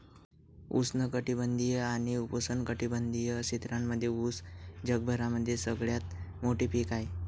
उष्ण कटिबंधीय आणि उपोष्ण कटिबंधीय क्षेत्रांमध्ये उस जगभरामध्ये सगळ्यात मोठे पीक आहे